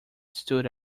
stood